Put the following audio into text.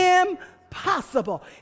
impossible